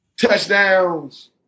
touchdowns